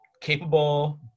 capable